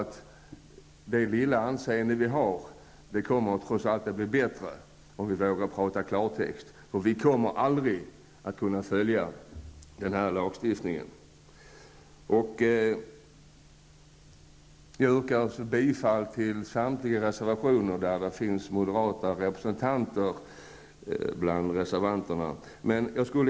Det lilla anseende vi har kommer trots allt att bli bättre om vi vågar prata i klartext. Vi kommer aldrig att kunna följa denna lagstiftning. Jag yrkar bifall till samtliga reservationer som har moderata representanter bland reservanterna.